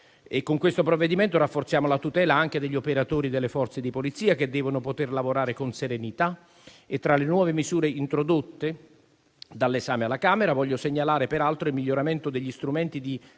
Con questo provvedimento rafforziamo la tutela anche degli operatori delle Forze di polizia, che devono poter lavorare con serenità. Tra le nuove misure introdotte dall'esame alla Camera voglio segnalare peraltro il miglioramento degli strumenti di